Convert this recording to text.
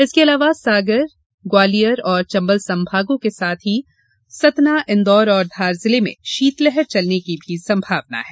इसके अलावा सागरग्वालियर और चम्बल संभाग के जिलों के साथ सतना इंदौर और धार जिले में शीतलहर चलने की संभावना है